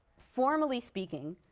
formally speaking,